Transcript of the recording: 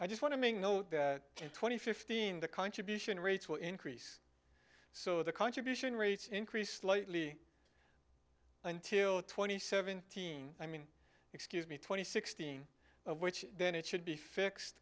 i just want to know that twenty fifteen the contribution rates will increase so the contribution rates increase slightly until twenty seventeen i mean excuse me twenty sixteen of which then it should be fixed